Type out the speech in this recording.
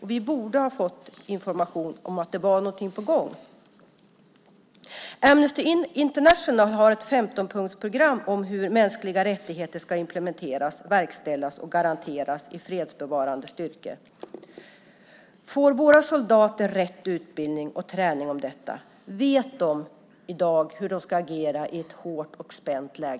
Vi borde ha fått information om att något var på gång. Amnesty International har ett 15-punktsprogram om hur mänskliga rättigheter ska implementeras, verkställas och garanteras i fredsbevarande styrkor. Får våra soldater rätt utbildning och träning om detta? Vet de i dag hur de ska agera i ett hårt och spänt läge?